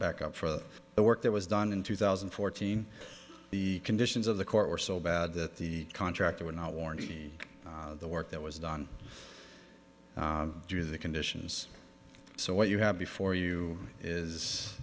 backup for the work that was done in two thousand and fourteen the conditions of the court were so bad that the contractor would not warranty the work that was done due to the conditions so what you have before you is